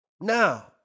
Now